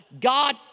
God